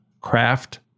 craft